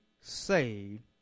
saved